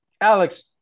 Alex